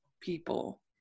people